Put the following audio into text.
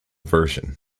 version